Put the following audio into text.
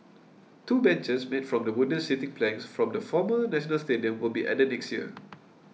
two benches made from the wooden seating planks from the former National Stadium will be added next year